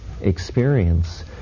experience